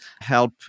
help